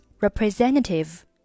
representative